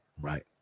right